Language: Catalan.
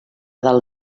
del